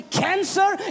cancer